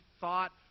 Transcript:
thought